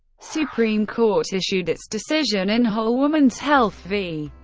supreme court issued its decision in whole woman's health v.